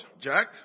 Jack